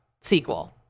sequel